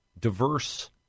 diverse